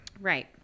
Right